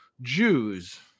Jews